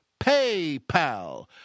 PayPal